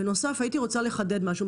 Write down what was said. בנוסף הייתי רוצה לחדד משהו.